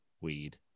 weed